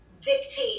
dictate